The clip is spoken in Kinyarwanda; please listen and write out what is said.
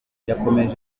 kuremba